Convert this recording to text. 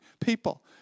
people